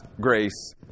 grace